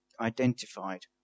identified